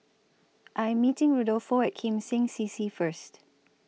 I Am meeting Rodolfo At Kim Seng C C First